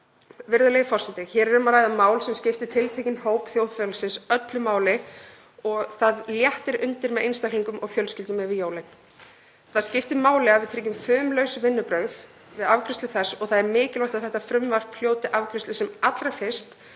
Virðulegi forseti. Hér er um að ræða mál sem skiptu tiltekinn hóp þjóðfélagsins öllu máli og það léttir undir með einstaklingum og fjölskyldum yfir jólin. Það skiptir máli að við tryggjum fumlaus vinnubrögð við afgreiðslu þess og það er mikilvægt að þetta frumvarp hljóti afgreiðslu sem allra fyrst